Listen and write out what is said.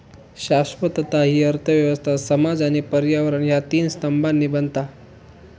शाश्वतता हि अर्थ व्यवस्था, समाज आणि पर्यावरण ह्या तीन स्तंभांनी बनता